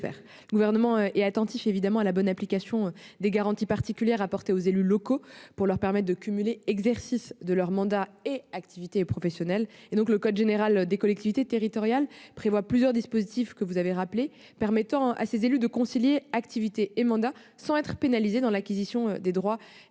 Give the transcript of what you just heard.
Le Gouvernement est attentif à la bonne application des garanties particulières apportées aux élus locaux pour leur permettre de cumuler l'exercice de leur mandat avec une activité professionnelle. Le code général des collectivités territoriales prévoit plusieurs dispositifs permettant à ces élus de concilier activité et mandat sans être pénalisés dans l'acquisition des droits